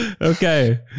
Okay